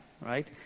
right